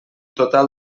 total